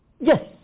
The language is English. Yes